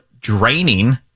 draining